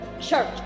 church